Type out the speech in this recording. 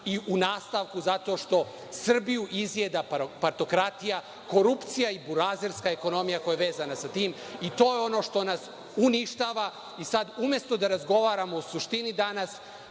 i u nastavku zato što Srbiju izjeda partokratija, korupcija i burazerska ekonomija koja je vezana sa tim. To je ono što nas uništava i sada umesto da razgovaramo o suštini danas,